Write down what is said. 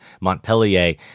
Montpellier